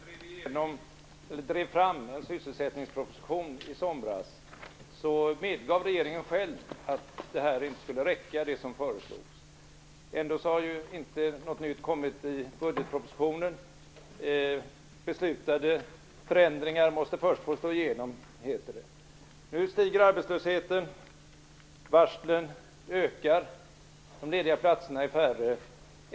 Fru talman! När vi moderater drev fram en sysselsättningsproposition i somras medgav regeringen själv att det som föreslogs inte skulle räcka. Ändå har inte något nytt kommit i budgetpropositionen. Beslutade förändringar måste först få slå igenom, heter det. Nu stiger arbetslösheten, varslen ökar och de lediga platserna är färre.